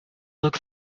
look